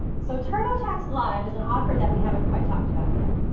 so turbotax live is an offer that we haven't quite talked about yet.